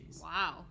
Wow